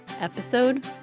episode